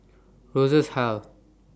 Rosas Hall